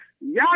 Y'all